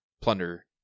plunder